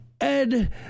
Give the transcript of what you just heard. Ed